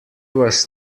was